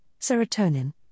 serotonin